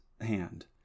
hand